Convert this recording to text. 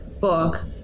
book